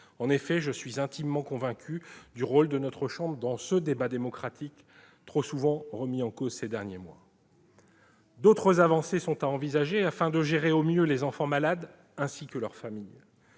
En effet, je suis intimement convaincu du rôle de notre chambre dans le débat démocratique, trop souvent remis en cause ces derniers mois. D'autres avancées sont à envisager afin de gérer au mieux les enfants malades ainsi que leurs familles.